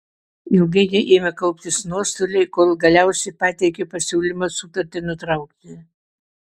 ilgainiui ėmė kauptis nuostoliai kol galiausiai pateikė pasiūlymą sutartį nutraukti